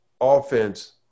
offense –